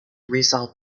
rizal